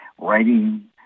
writing